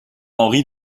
henri